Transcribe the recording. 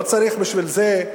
לא צריך בשביל זה,